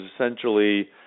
essentially